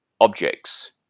objects